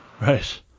Right